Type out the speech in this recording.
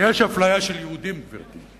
שיש אפליה של יהודים, גברתי.